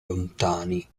lontani